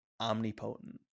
omnipotent